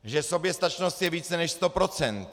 Že soběstačnost je více než 100 %.